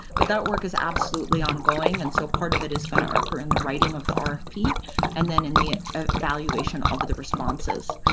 but that work is absolutely ongoing and so part of it is going to occur in the writing of the, um and then in the evaluation of the responses.